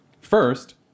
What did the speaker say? first